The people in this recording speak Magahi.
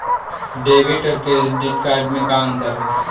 डेबिट और क्रेडिट कार्ड में का अंतर है?